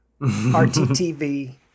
RTTV